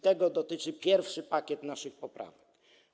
Tego dotyczy pierwszy pakiet naszych poprawek.